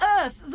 Earth